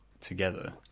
together